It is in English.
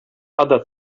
other